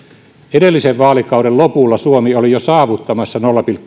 edellisen vaalikauden lopulla suomi oli jo saavuttamassa